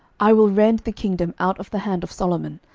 i will rend the kingdom out of the hand of solomon,